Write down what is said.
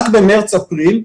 רק במארס-אפריל,